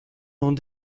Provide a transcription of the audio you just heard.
long